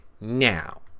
Now